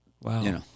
Wow